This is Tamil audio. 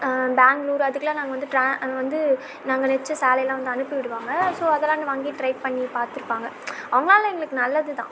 பேங்களூர் அதுக்கெல்லாம் நாங்கள் வந்து வந்து நாங்கள் நெய்ச்ச சேலைலாம் வந்து அனுப்பி விடுவாங்க ஸோ அதலாம் இன்னும் வாங்கி ட்ரை பண்ணி பாத்திருப்பாங்க அவங்களால எங்களுக்கு நல்லது தான்